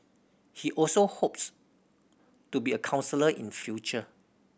he also hopes to be a counsellor in future